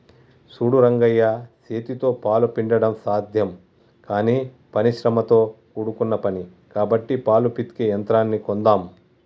సూడు రంగయ్య సేతితో పాలు పిండడం సాధ్యం కానీ పని శ్రమతో కూడుకున్న పని కాబట్టి పాలు పితికే యంత్రాన్ని కొందామ్